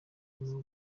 n’abari